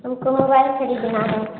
हमको मोबाइल ख़रीदना है